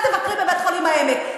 לכי תבקרי בבית-חולים "העמק",